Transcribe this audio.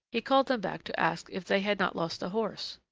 he called them back to ask if they had not lost a horse.